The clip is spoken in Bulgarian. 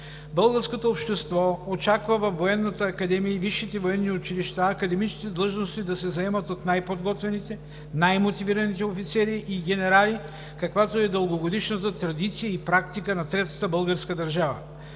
Българското общество очаква във Военната академия и във висшите военни училища академичните длъжности да се заемат от най-подготвените и най-мотивираните офицери и генерали, каквато е дългогодишната традиция и практика на Третата българска държава.